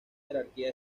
jerarquía